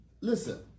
Listen